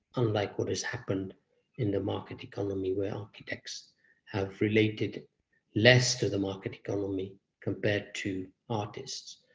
unlike what has happened in the market economy, where architects have related less to the market economy compared to artists.